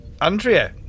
Andrea